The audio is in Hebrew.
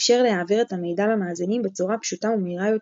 איפשר להעביר את המידע למאזינים בצורה פשוטה ומהירה יותר,